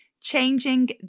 changing